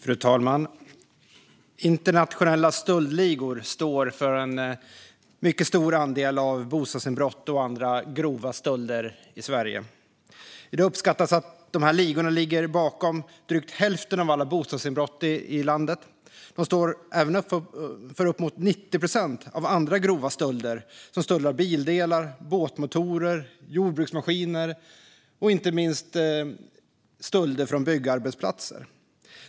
Fru talman! Internationella stöldligor står för en mycket stor andel av bostadsinbrott och andra grova stölder i Sverige. I dag uppskattas dessa ligor ligga bakom drygt hälften av alla bostadsinbrott i landet. De står även för uppemot 90 procent av andra grova stölder av exempelvis bildelar, båtmotorer och jordbruksmaskiner och inte minst stölder från byggarbetsplatser.